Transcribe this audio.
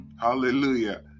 Hallelujah